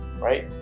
right